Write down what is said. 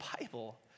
Bible